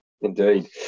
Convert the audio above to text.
Indeed